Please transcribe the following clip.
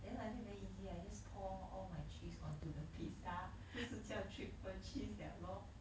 then like that very easy I just pour all my cheese onto the pizza 不是叫 triple cheese liao lor